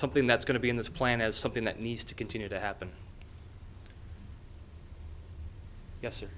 something that's going to be in this plan as something that needs to continue to happen yes